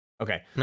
okay